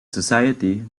society